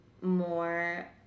more